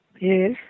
Yes